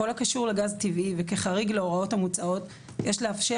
בכל הקשור לגז טבעי וכחריג להוראות המוצעות יש לאפשר